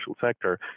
sector